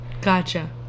Gotcha